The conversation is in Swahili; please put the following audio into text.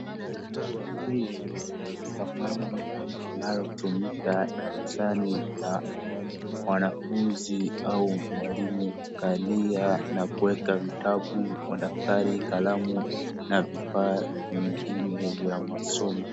Hii ni ramani inayotumika darasani na wanafunzi au mwalimu kukalia na kuweka vitabu, madaftari, kalamu na vifaa vingine vya masomo.